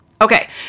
Okay